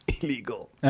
illegal